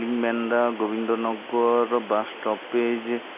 ᱞᱤᱧ ᱢᱮᱱᱫᱟ Gobindo Nagar bus stoppage